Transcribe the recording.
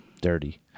dirty